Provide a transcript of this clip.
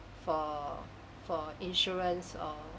for for insurance or